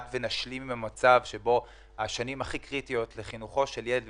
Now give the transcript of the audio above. שנשלים עם מצב שבו השנים כי קריטיות לחינוכו של ילד,